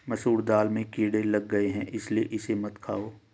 मसूर दाल में कीड़े लग गए है इसलिए इसे मत खाओ